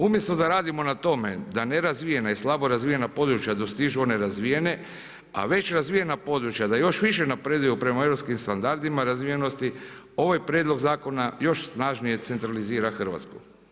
Umjesto da radimo na tome da nerazvijena i slabo razvijena područja dostižu one razvijene, a već razvijena područja da još više napreduju prema europskim standardima razvijenosti ovaj prijedlog zakona još snažnije centralizira Hrvatsku.